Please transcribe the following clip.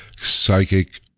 psychic